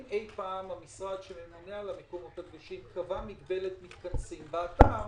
האם אי פעם המשרד שממונה על המקומות הקדושים קבע מגבלת מתכנסים באתר